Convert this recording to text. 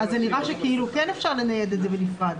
אז זה נראה שכאילו כן אפשר לנייד את זה בנפרד,